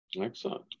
Excellent